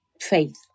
faith